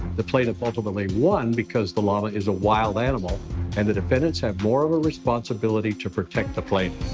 the plaintiff ultimately won because the llama is a wild animal and the defendant's have more of a responsibility to protect the plaintiff.